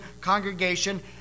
congregation